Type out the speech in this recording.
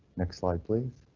next slide, please.